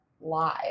live